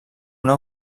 una